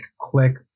click